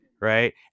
right